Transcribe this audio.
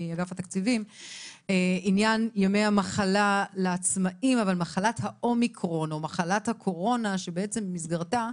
עניין ימי המחלה לעצמאיים אבל מחלת האומיקרון זה לא שבמסגרתה